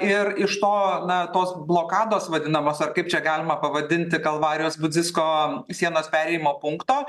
ir iš to na tos blokados vadinamos ar kaip čia galima pavadinti kalvarijos budzisko sienos perėjimo punkto